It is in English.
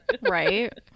right